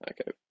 Okay